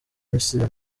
misiri